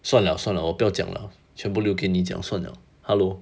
算了算了我不要讲了全部留给你讲算了 hello